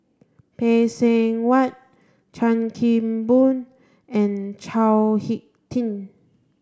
Phay Seng Whatt Chan Kim Boon and Chao Hick Tin